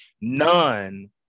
none